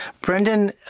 Brendan